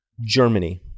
Germany